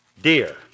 dear